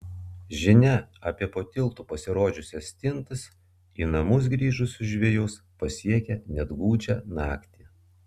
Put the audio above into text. žinia apie po tiltu pasirodžiusias stintas į namus grįžusius žvejus pasiekia net gūdžią naktį